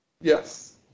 Yes